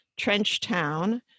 Trenchtown